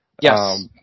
Yes